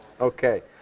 Okay